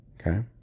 Okay